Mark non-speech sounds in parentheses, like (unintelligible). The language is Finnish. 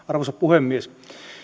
(unintelligible) arvoisa puhemies